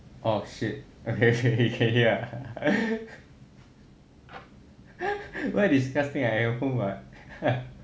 orh shit okay okay yeah where disgusting I at home what